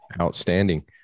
Outstanding